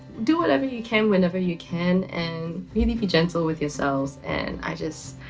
do whatever you can whenever you can and really be gentle with yourselves and i just.